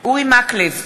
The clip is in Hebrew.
אורי מקלב,